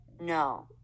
No